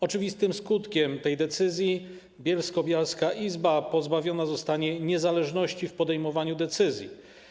Oczywistym skutkiem tej decyzji będzie to, że bielsko-bialska izba pozbawiona zostanie niezależności w podejmowaniu decyzji.